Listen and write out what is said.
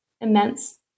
immense